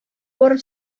барып